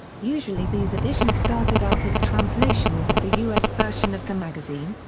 usually these editions started out as translations of the us version of the magazine,